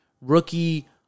rookie